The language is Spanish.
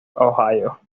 ohio